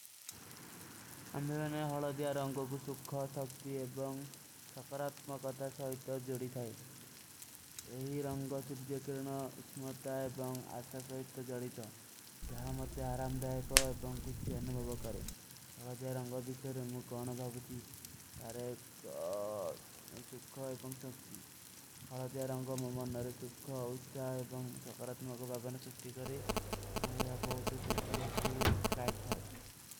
ଅମ୍ହିଵନେ ହଲଧ୍ଯା ରଂଗୋ କୁ ସୁଖ୍ଖ, ସକ୍ତି ଏବଂ ଶକରାତ୍ମ କତା ସହିତ ଜଡୀ ଥାଈ। ଯହୀ ରଂଗୋ ସୁଧ୍ଯକରିଣ ଉସ୍ମତା ଏବଂ ଆଶା ସହିତ ଜଡୀ ଥା। ଜହାଂ ମତେ ହରାମ ଦାଏକୋ ଏବଂ କୁଛ ଚେହନ ବାବୋ କରେ। ଅମ୍ହିଵନେ ହଲଧ୍ଯା ରଂଗୋ କୁ ସୁଖ୍ଖ, ସକ୍ତି ଏବଂ ଶକରାତ୍ମ କତା ସହିତ ଜଡୀ ଥାଈ।